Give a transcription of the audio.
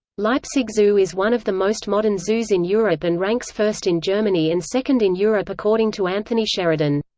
leipzig zoo is one of the most modern zoos in europe and ranks first in germany and second in europe according to anthony sheridan.